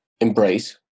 embrace